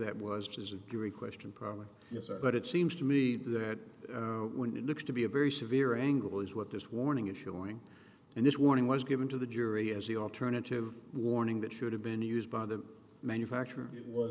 that was just a jury question probably but it seems to me that when it looks to be a very severe angle is what this warning is showing and this warning was given to the jury as the alternative warning that should have been used by the manufacturer it was